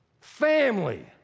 family